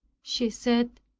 she said,